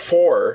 Four